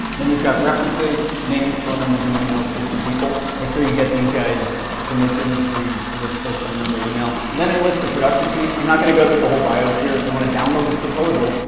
then we've got references, names, phone numbers and emails for two people. make sure you get these guys' permission before you list their phone number and email. then i list the production team. i'm not going to go through the whole bios here. if you want to download this proposal,